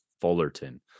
Fullerton